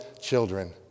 children